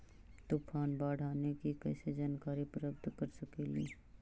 तूफान, बाढ़ आने की कैसे जानकारी प्राप्त कर सकेली?